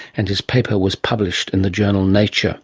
and his paper was published in the journal nature